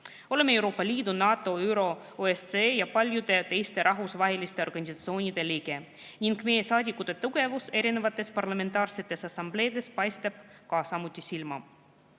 Oleme Euroopa Liidu, NATO, ÜRO, OSCE ja paljude teiste rahvusvaheliste organisatsioonide liige ning meie saadikute tegevus erinevates parlamentaarsetes assambleedes paistab silma.